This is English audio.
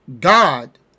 God